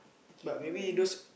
can do or not